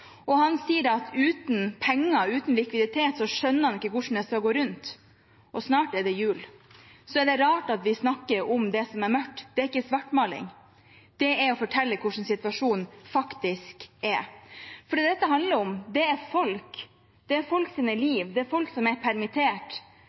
og han sier at uten penger, uten likviditet, skjønner han ikke hvordan det skal gå rundt. Og snart er det jul. Så er det rart at vi snakker om det som er mørkt? Det er ikke svartmaling. Det er å fortelle hvordan situasjonen faktisk er. For det dette handler om, er folk, folk sine liv, folk som er permittert, og folk